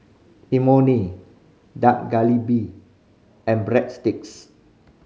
Imoni Dak Galbi and Breadsticks